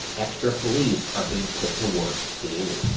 extra police are being put to work daily.